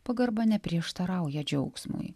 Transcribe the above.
pagarba neprieštarauja džiaugsmui